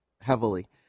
heavily